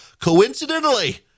coincidentally